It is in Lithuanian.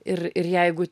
ir ir jeigu